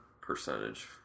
percentage